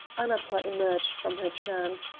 annapla emerged from her trance,